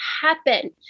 happen